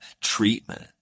treatment